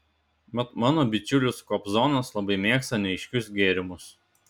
mat mano bičiulis kobzonas labai mėgsta neaiškius gėrimus